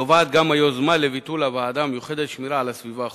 נובעת גם היוזמה לביטול הוועדה המיוחדת לשמירה על הסביבה החופית.